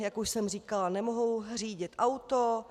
Jak už jsem říkala, nemohou řídit auto.